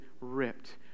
ripped